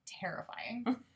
terrifying